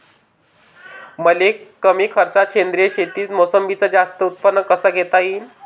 मले कमी खर्चात सेंद्रीय शेतीत मोसंबीचं जास्त उत्पन्न कस घेता येईन?